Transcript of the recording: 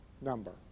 number